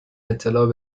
اطلاع